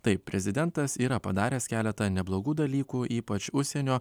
taip prezidentas yra padaręs keletą neblogų dalykų ypač užsienio